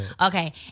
Okay